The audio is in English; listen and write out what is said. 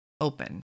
open